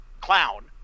clown